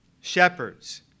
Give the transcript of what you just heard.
shepherds